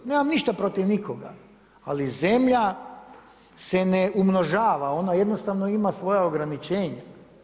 Nemam ništa protiv nekoga ali zemlja se ne umnožava onda jednostavno ima svoja ograničenja.